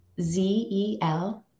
Z-E-L